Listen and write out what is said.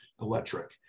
electric